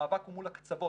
המאבק הוא מול הקצוות.